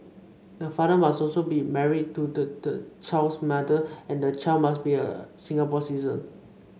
the father must also be married to the the child's mother and the child must be a Singapore citizen